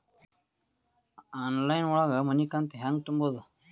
Online ಒಳಗ ಮನಿಕಂತ ಹ್ಯಾಂಗ ತುಂಬುದು?